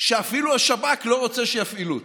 שאפילו השב"כ לא רוצה שיפעילו אותו.